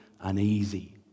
uneasy